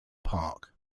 park